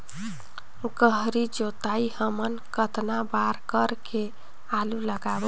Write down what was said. गहरी जोताई हमन कतना बार कर के आलू लगाबो?